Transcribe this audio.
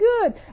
good